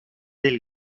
del